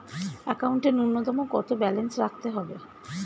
একাউন্টে নূন্যতম কত ব্যালেন্স রাখতে হবে?